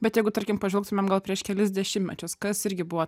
bet jeigu tarkim pažvelgtumėm gal prieš kelis dešimtmečius kas irgi buvo